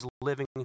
living